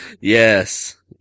Yes